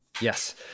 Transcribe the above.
Yes